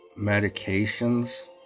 medications